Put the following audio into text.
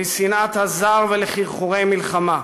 לשנאת הזר ולחרחורי מלחמה.